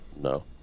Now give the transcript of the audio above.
No